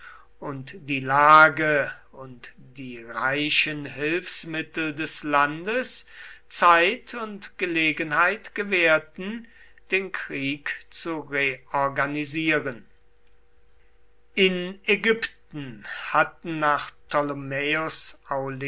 und die lage und die reichen hilfsmittel des landes zeit und gelegenheit gewährten den krieg zu reorganisieren in ägypten hatten nach